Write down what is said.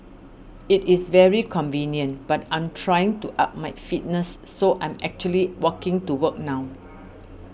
it is very convenient but I'm trying to up my fitness so I'm actually walking to work now